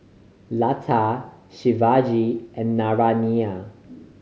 Lata Shivaji and Naraina